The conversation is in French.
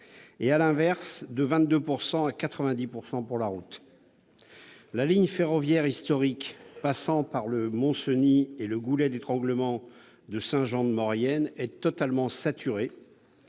et, à l'inverse, de 22 % à 90 % pour la route. La ligne ferroviaire historique passant par le Montcenis et le goulet d'étranglement de Saint-Jean-de-Maurienne est totalement saturée.